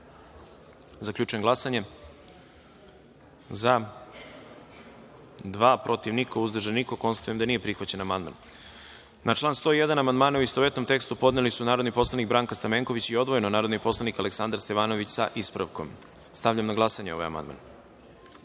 konstatujem: za – dva, protiv – niko, uzdržanih – nema. Konstatujem da nije prihvaćen amandman. Na član 101. amandmane, u istovetnom tekstu, podneli su narodni poslanik Branka Stamenković i odvojeno narodni poslanik Aleksandar Stevanović, sa ispravkom. Stavljam na glasanje ovaj